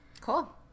Cool